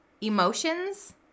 emotions